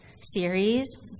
series